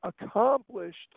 accomplished